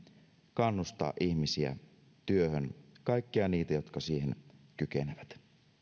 kannustaa ihmisiä työhön kaikkia niitä jotka siihen kykenevät